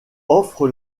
ouvre